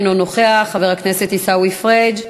אינו נוכח, חבר הכנסת עיסאווי פריג'